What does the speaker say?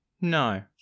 No